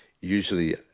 Usually